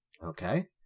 Okay